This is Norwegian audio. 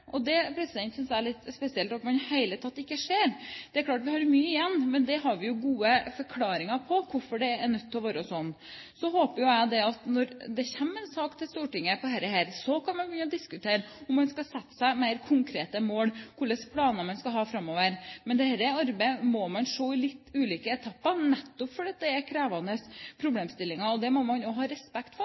og det synes jeg det er litt spesielt at man i det hele tatt ikke ser. Det er klart at vi har mye igjen, men vi har jo gode forklaringer på hvorfor det er nødt til å være sånn. Så håper jeg at man, når det kommer en sak til Stortinget om dette, kan begynne å diskutere om man skal sette seg mer konkrete mål når det gjelder hva slags planer man skal ha framover. Men dette arbeidet må man se i litt ulike etapper, nettopp fordi det er krevende problemstillinger. Det må man også ha respekt for.